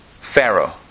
Pharaoh